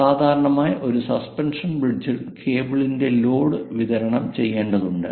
സാധാരണയായി ഒരു സസ്പെൻഷൻ ബ്രിഡ്ജിൽ കേബിളിന്റെ ലോഡ് വിതരണം ചെയ്യേണ്ടതുണ്ട്